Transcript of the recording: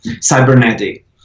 cybernetic